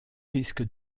risque